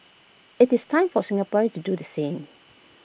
IT is time for Singaporeans to do the same